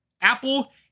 Apple